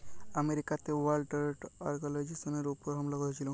আমেরিকাতে world trade অর্গালাইজেশলের উপর হামলা হঁয়েছিল